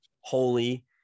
holy